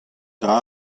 dra